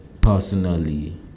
personally